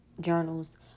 journals